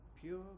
pure